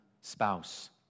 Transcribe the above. spouse